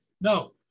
No